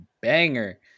banger